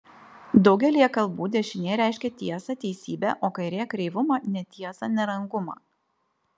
daugelyje kalbų dešinė reiškia tiesą teisybę o kairė kreivumą netiesą nerangumą